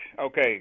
Okay